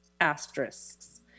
asterisks